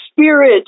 spirit